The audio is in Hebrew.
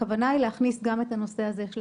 הכוונה היא להכניס גם את הנושא הזה של